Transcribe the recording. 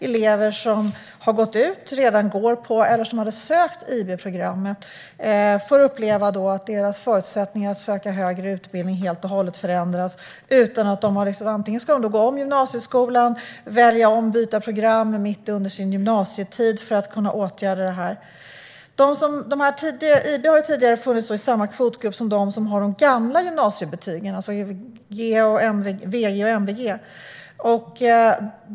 Elever som har gått ut, redan går på eller har sökt IB-programmet får uppleva att deras förutsättningar att söka till högre utbildning har förändrats helt och hållet. Antingen ska de gå om gymnasieskolan, välja om eller byta program mitt under sin gymnasietid för att kunna åtgärda detta. IB-elever har tidigare funnits i samma kvotgrupp som de som har de gamla gymnasiebetygen, alltså G, VG och MVG.